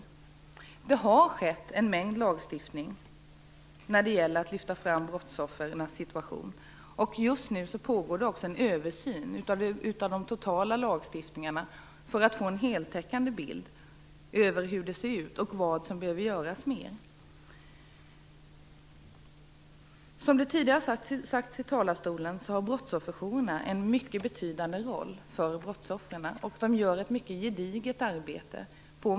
Det har gjorts en hel del på lagstiftningsområdet för att lyfta fram brottsoffrens situation. Just nu pågår en översyn av de totala lagstiftningarna för att man skall få en heltäckande bild av situationen och av vad som behöver göras ytterligare. Som det tidigare har sagts här i talarstolen har brottsofferjourerna en mycket betydande roll för brottsoffren. De gör på många orter ett mycket gediget arbete.